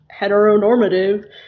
heteronormative